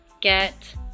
get